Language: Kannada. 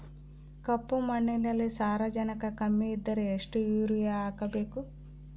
ಕಪ್ಪು ಮಣ್ಣಿನಲ್ಲಿ ಸಾರಜನಕ ಕಮ್ಮಿ ಇದ್ದರೆ ಎಷ್ಟು ಯೂರಿಯಾ ಹಾಕಬೇಕು?